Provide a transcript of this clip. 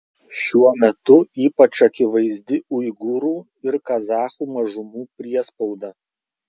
šiuo metu ypač akivaizdi uigūrų ir kazachų mažumų priespauda